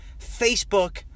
Facebook